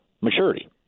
Maturity